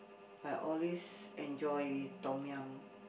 I always enjoy Tom-Yum